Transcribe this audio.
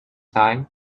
time